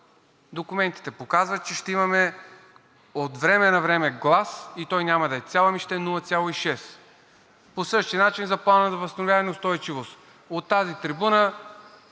документите показват, че ще имаме от време на време глас и той няма да е цял, а ще е 0,6. По същия начин за Плана за възстановяване и устойчивост – от тази трибуна,